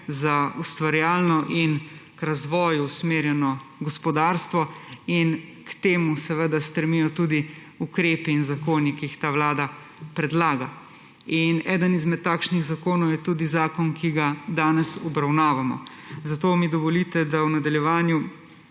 za ustvarjalno in k razvoju usmerjeno gospodarstvo. K temu seveda stremijo tudi ukrepi in zakoni, ki jih ta vlada predlaga. Eden izmed takšnih zakonov je tudi zakon, ki ga danes obravnavamo, zato mi dovolite, da v nadaljevanju